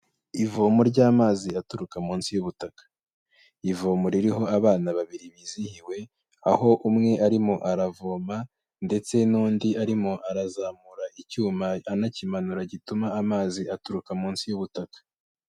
Ivomo ry'amazi aturuka munsi y'ubutaka. Ivomo ririho abana babiri bizihiwe, aho umwe arimo aravoma, ndetse n'undi arimo arazamura icyuma anakimanura gituma amazi aturuka munsi y'ubutaka.